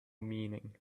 meaning